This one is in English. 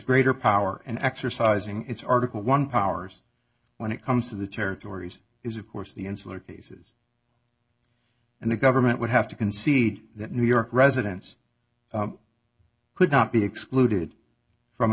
greater power and exercising its article one powers when it comes to the territories is of course the insular cases and the government would have to concede that new york residents could not be excluded from a